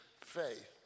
faith